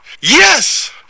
yes